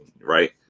right